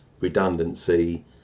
redundancy